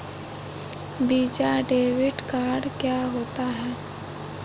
Visa debit card क्या होता है?